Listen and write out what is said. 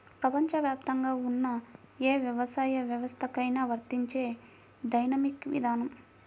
ప్రపంచవ్యాప్తంగా ఉన్న ఏ వ్యవసాయ వ్యవస్థకైనా వర్తించే డైనమిక్ విధానం